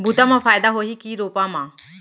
बुता म फायदा होही की रोपा म?